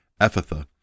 Ephatha